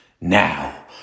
Now